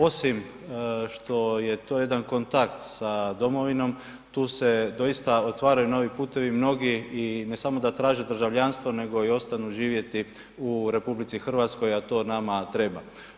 Osim što je to jedan kontakt sa domovinom tu se doista otvaraju novi putevi, mnogi i ne samo da traže državljanstvo nego i ostanu živjeti u RH, a to nama treba.